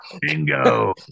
Bingo